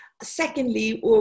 Secondly